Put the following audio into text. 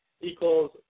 equals